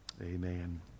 Amen